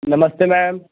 नमस्ते मैम